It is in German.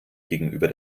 gegenüber